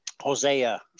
Hosea